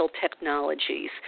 Technologies